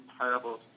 terrible